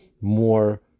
more